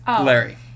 Larry